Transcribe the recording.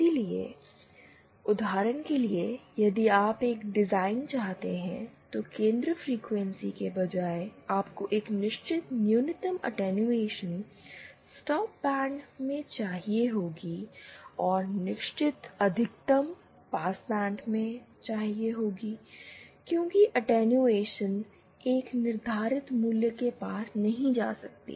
इसलिए उदाहरण के लिए यदि आप एक डिज़ाइन चाहते हैं तो केंद्र फ्रीक्वेंसी के बजाय आपको एक निश्चित न्यूनतम अटैंयुएशन स्टॉप बैंड में चाहिए होगी और निश्चित अधिकतम पास बैंड में चाहिए होगी यानि की अटैंयुएशन एक निर्धारित मूल्य के पार नहीं जा सकती